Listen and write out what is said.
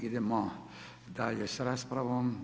Idemo dalje sa raspravom.